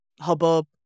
hubbub